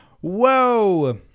whoa